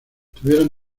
tuvieron